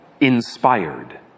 inspired